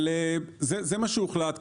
זה מה שהוחלט.